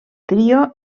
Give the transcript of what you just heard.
trio